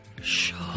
Sure